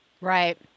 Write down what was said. Right